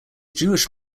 jewish